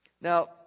Now